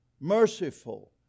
merciful